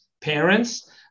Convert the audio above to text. parents